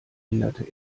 änderte